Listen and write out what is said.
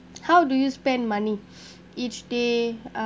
how do you spend money each day uh